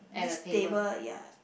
this table ya